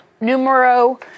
Numero